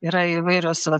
yra įvairios vat